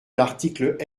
l’article